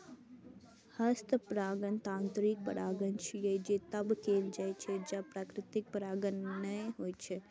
हस्त परागण यांत्रिक परागण छियै, जे तब कैल जाइ छै, जब प्राकृतिक परागण नै होइ छै